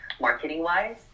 marketing-wise